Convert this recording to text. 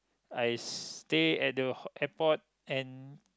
I stay at the airport and